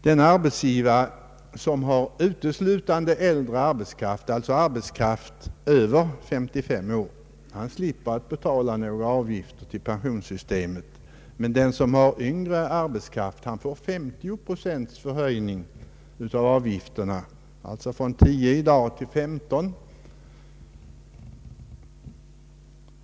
Den arbetsgivare som har uteslutande äldre arbetskraft, alltså arbetskraft över 55 år, slipper att betala avgifter till pensionssystemet, men den som har yngre arbetskraft får en höjning av avgifterna med 50 procent, d.v.s. från 10 till 13 procent.